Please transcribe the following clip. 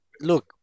look